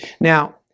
Now